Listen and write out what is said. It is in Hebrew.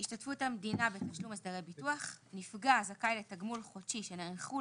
"השתתפות 6א. נפגע הזכאי לתגמול חודשי שנערכו